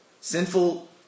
sinful